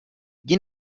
jdi